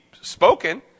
spoken